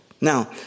Now